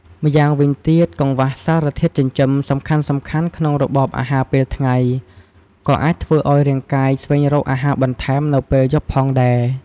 ម្យ៉ាងវិញទៀត កង្វះសារធាតុចិញ្ចឹមសំខាន់ៗក្នុងរបបអាហារពេលថ្ងៃ ក៏អាចធ្វើឱ្យរាងកាយស្វែងរកអាហារបន្ថែមនៅពេលយប់ផងដែរ។